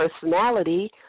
Personality